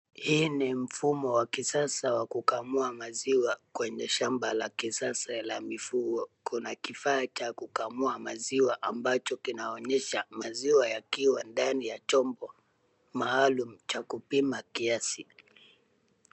Hii ni mfumo wa kisasa wa kukamua maziwa kwenye shamba la kisasa la mifugo kuna kifaa cha kukamua maziwa ambacho kinaonyesha maziwa yakiwa ndani ya chombo maalum cha kupima kiasi.